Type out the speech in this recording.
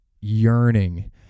yearning